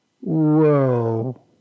whoa